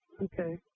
Okay